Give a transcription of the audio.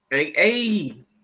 Hey